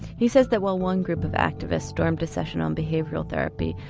he says that while one group of activists stormed a session on behavioural therapy,